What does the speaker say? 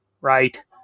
right